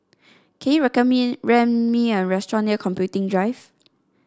can you me rent me a restaurant near Computing Drive